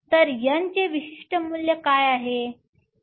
तर N चे विशिष्ट मूल्य काय आहे